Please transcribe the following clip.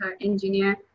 engineer